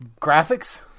graphics